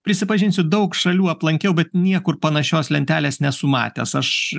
prisipažinsiu daug šalių aplankiau bet niekur panašios lentelės nesu matęs aš